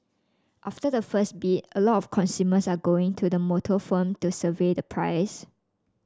after the first bid a lot of consumers are going to the motor firm to survey the price